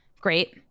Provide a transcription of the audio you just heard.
great